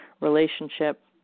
relationship